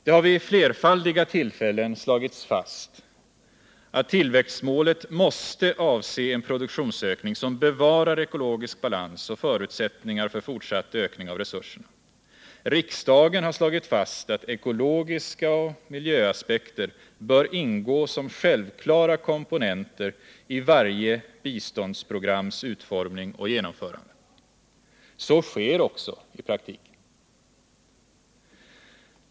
Det har vid flerfaldiga tillfällen slagits fast att tillväxtmålet måste avse en produktionsökning, som bevarar ekologisk balans och förutsättningar för fortsatt ökning av resurserna. Riksdagen har slagit fast att ekologiska aspekter och miljöaspekter bör ”ingå som självklara komponenter i varje biståndsprograms utformning och genomförande”. Så sker också i praktiken.